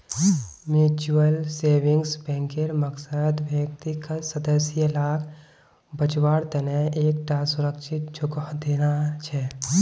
mutual savings बैंकेर मकसद व्यक्तिगत सदस्य लाक बच्वार तने एक टा सुरक्ष्हित जोगोह देना छे